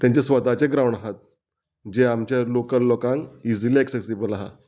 तेंचे स्वताचे ग्रावंड आहात जे आमचे लोकल लोकांक इजिली एक्सेसीबल आहा